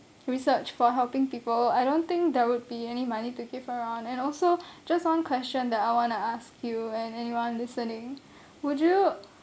research for helping people I don't think there would be any money to keep her on and also just one question that I want to ask you and anyone listening would you